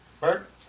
Bert